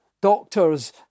doctors